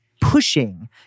pushing